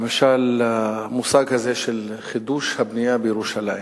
למשל, המושג הזה של חידוש הבנייה בירושלים.